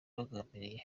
bagambiriye